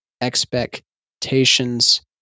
expectations